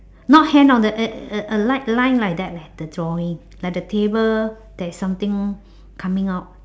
not hand of the uh uh uh li~ line like that leh the drawing like the table there is something coming out